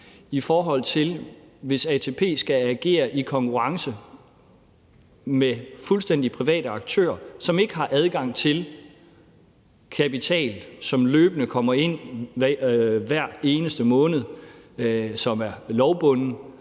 en betydning, hvis ATP skal agere i konkurrence med fuldstændig private aktører, som ikke har adgang til kapital, som løbende kommer ind hver eneste måned, og som er lovbunden.